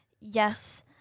Yes